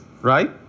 right